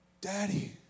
Daddy